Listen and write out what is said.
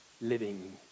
living